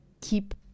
keep